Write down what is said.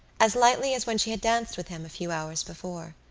as lightly as when she had danced with him a few hours before.